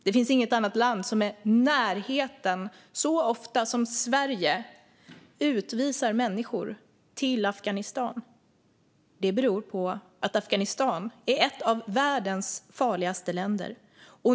Det finns inget annat land som är i närheten av att utvisa människor till Afghanistan lika ofta som Sverige. Det beror på att Afghanistan är ett av världens farligaste länder.